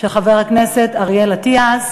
של חבר הכנסת אריאל אטיאס.